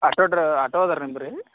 auto ಡ್ರ ಆಟೋದವ್ರ್ ಏನ್ರಿ